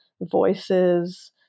voices